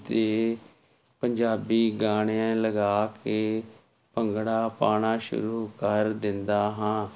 ਦੇ ਪੰਜਾਬੀ ਗਾਣੇ ਲਗਾ ਕੇ ਭੰਗੜਾ ਪਾਣਾ ਸ਼ੁਰੂ ਕਰ ਦਿੰਦਾ ਹਾਂ